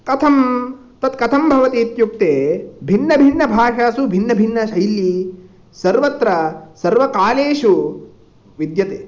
कथं तत्कथं भवति इत्युक्ते भिन्नभिन्नभाषासु भिन्नभिन्नशैली सर्वत्र सर्वकालेषु विद्यते